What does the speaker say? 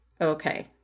okay